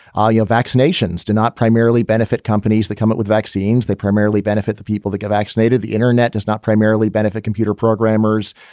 all your vaccinations do not primarily benefit companies that come up with vaccines. they primarily benefit the people that get vaccinated. the internet does not primarily benefit computer programmers.